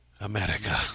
America